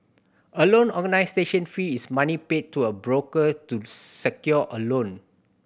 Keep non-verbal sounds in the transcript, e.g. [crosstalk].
a loan [unintelligible] station fee is money paid to a broker to secure a loan